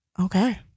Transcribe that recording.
Okay